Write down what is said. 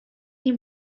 nie